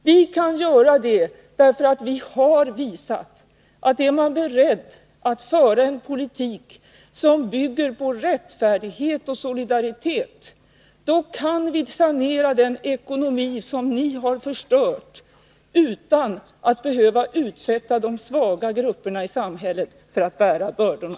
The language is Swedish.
Vi kan göra det därför att vi har visat att om man är beredd att föra en politik som bygger på rättfärdighet och solidaritet, då kan vi sanera den ekonomi som ni har förstört, utan att låta de svaga grupperna i samhället bära bördorna.